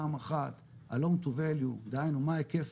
פעם אחת ה- loan to value דהיינו מה היקף